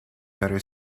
better